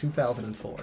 2004